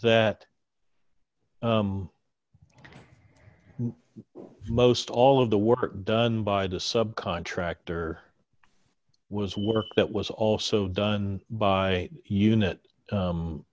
that most all of the work done by the subcontractor was work that was also done by unit